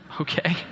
Okay